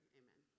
amen